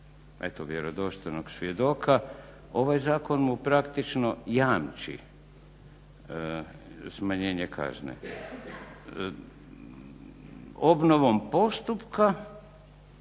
eto vjerodostojnog svjedoka ovaj zakon mu praktično jamči smanjenje kazne. Obnovom postupka,